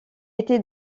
était